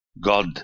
God